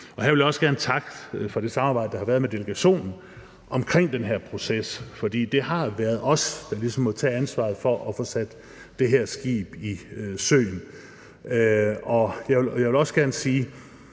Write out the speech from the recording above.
Her vil jeg også gerne takke for det samarbejde, der har været med delegationen, om den her proces, for det har været os, der ligesom har måttet tage ansvaret for at få sat det her skib i søen. Jeg vil også gerne sige,